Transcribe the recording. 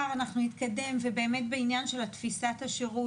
בעניין של תפיסת השירות,